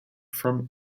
from